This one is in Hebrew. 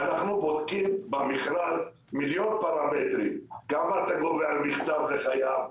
ואנחנו בודקים במכרז מיליון פרמטרים: כמה אתה גובה על מכתב לחייב?